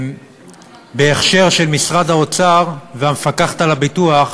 בהכשר של משרד האוצר והמפקחת על הביטוח,